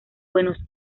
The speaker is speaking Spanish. buenos